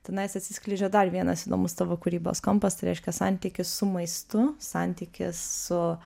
tenais atsiskleidžia dar vienas įdomus tavo kūrybos kampas tai reiškia santykis su maistu santykis su